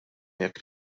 jekk